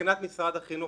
מבחינת משרד החינוך,